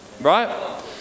right